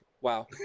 wow